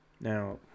Now